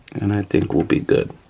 and i think we'll be good.